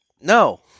no